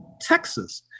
Texas